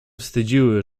wstydziły